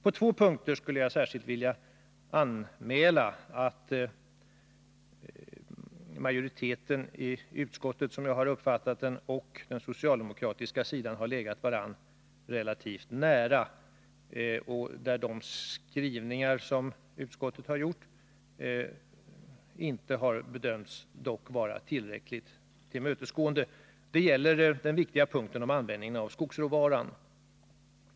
På två punkter skulle jag särskilt vilja anmäla att majoriteten i utskottet, som jag har uppfattat den, och den socialdemokratiska sidan har legat varandra nära men att de skrivningar som utskottet har gjort trots detta inte har bedömts vara tillräckligt tillmötesgående. Det gäller den viktiga punkten om användningen av skogsråvaran.